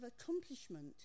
accomplishment